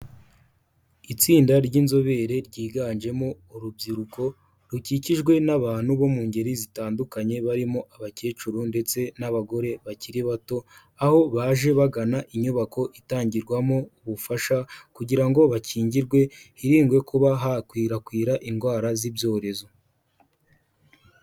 Itsinda ry'inzobere ryiganjemo urubyiruko rukikijwe n'abantu bo mu ngeri zitandukanye barimo abakecuru ndetse n'abagore bakiri bato, aho baje bagana inyubako itangirwamo ubufasha kugira ngo bakingirwe hirindwe kuba hakwirakwira indwara z'ibyorezo.